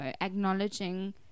acknowledging